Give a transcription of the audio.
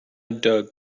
doug